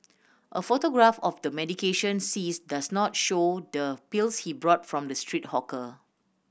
a photograph of the medication seized does not show the pills he bought from the street hawker